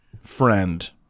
friend